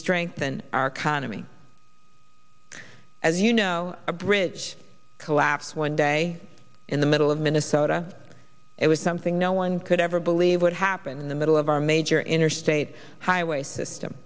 strengthen our economy as you know a bridge collapse one day in the middle of minnesota it was something no one could ever be leave what happened in the middle of our major interstate highway system